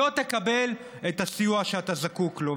לא תקבל את הסיוע שאתה זקוק לו.